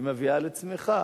ומביאה לצמיחה.